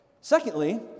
Secondly